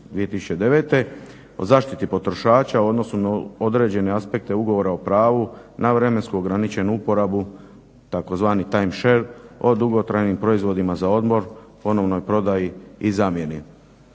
o zaštiti potrošača u odnosu na određene aspekte Ugovora o pravu na vremensko ograničenu uporabu tzv. timeshare o dugotrajnim proizvodima za odmor, ponovnoj prodaji i zamjeni.